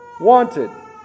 wanted